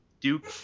Duke